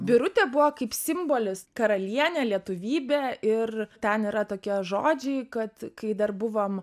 birutė buvo kaip simbolis karalienė lietuvybė ir ten yra tokie žodžiai kad kai dar buvom